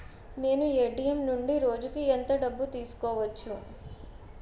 నేను ఎ.టి.ఎం నుండి రోజుకు ఎంత డబ్బు తీసుకోవచ్చు?